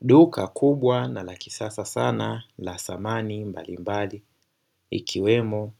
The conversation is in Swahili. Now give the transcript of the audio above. Duka kubwa na lakisasa sana la samani mbalimbali ikiwemo